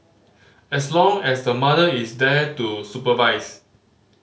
as long as the mother is there to supervise